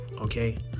okay